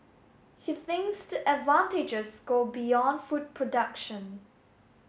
he thinks the advantages go beyond food production